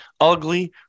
ugly